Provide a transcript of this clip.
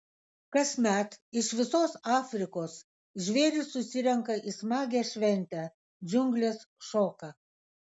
kasmet iš visos afrikos žvėrys susirenka į smagią šventę džiunglės šoka